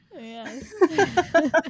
Yes